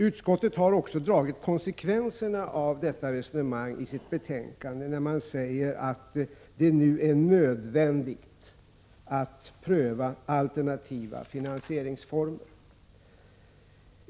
Utskottet har också dragit konsekvenserna av detta resonemang när man i betänkandet säger att ”det är nödvändigt att pröva alternativa finansieringsformer”.